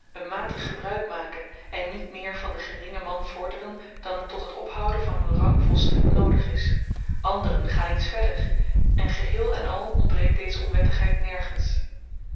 een matig gebruik maken en niet meer van den geringen man vorderen dan tot het ophouden van hun rang volstrekt noodig is anderen gaan iets verder en geheel-en-al ontbreekt deze onwettigheid nergens